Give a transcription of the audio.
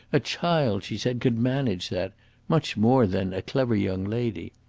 a child, she said, could manage that much more, then, a clever young lady.